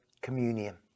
communion